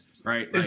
Right